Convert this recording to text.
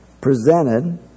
presented